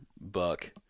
buck